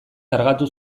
kargatu